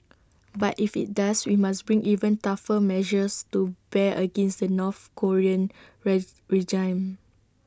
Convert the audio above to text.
but if IT does we must bring even tougher measures to bear against the north Korean regime